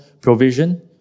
provision